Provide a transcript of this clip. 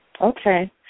Okay